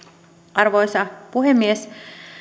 arvoisa puhemies